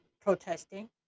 protesting